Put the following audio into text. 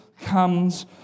comes